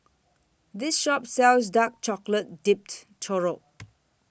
This Shop sells Dark Chocolate Dipped Churro